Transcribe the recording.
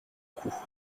cou